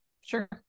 sure